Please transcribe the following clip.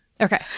Okay